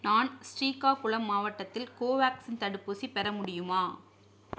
நான் ஸ்ரீகாகுளம் மாவட்டத்தில் கோவேக்சின் தடுப்பூசி பெற முடியுமா